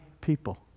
people